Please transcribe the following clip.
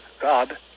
God